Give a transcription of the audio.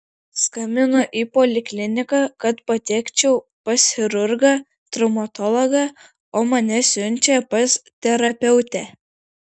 skambinu į polikliniką kad patekčiau pas chirurgą traumatologą o mane siunčia pas terapeutę